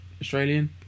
Australian